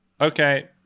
Okay